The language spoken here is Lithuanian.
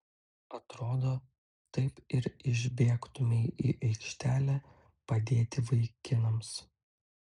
atrodo taip ir išbėgtumei į aikštelę padėti vaikinams